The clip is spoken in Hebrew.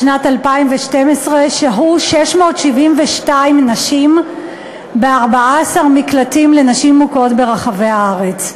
בשנת 2012 שהו 672 נשים ב-14 מקלטים לנשים מוכות ברחבי הארץ.